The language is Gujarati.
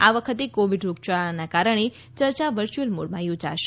આ વખતે કોવિડ રોગચાળાના કારણે ચર્ચા વર્યુઅલ મોડમાં યોજાશે